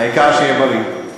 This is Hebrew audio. העיקר שיהיה בריא.